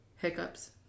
hiccups